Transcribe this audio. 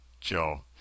Joe